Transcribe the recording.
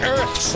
Earth